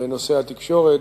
בנושא התקשורת.